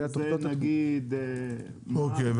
אוקיי.